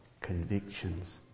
convictions